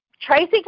Tracy